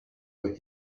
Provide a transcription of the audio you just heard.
were